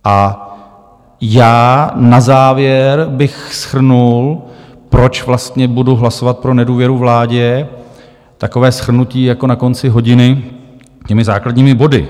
A já na závěr bych shrnul, proč vlastně budu hlasovat pro nedůvěru vládě, takové shrnutí jako na konci hodiny těmi základními body.